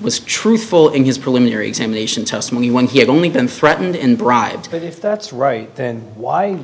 was truthful in his preliminary examination testimony when he had only been threatened in bribes but if that's right then why